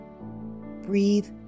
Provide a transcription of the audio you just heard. Breathe